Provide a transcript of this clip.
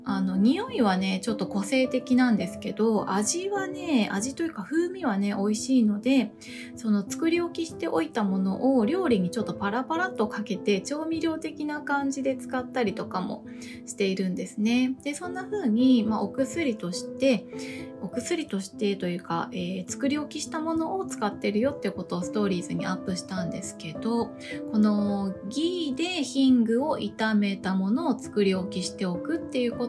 あの、匂いはね、ちょっと個性的なんですけど、味はね、味というか風味はね、美味しいので、その作り置きしておいたものを料理にちょっとパラパラっとかけて、調味料的な感じで使ったりとかもしているんですね。で、そんな風に、まあ、お薬として、お薬としてというか、えー、作り置きしたものを使ってるよってことをストーリーズにアップしたんですけど、この、ギーでヒングを炒めたものを作り置きしておくっていうこと